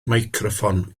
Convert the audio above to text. meicroffon